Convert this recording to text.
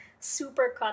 supercut